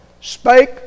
spake